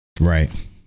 Right